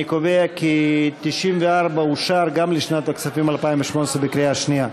אני קובע כי 94 אושר גם לשנת הכספים 2018 בקריאה שנייה.